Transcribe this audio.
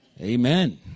amen